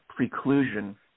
preclusion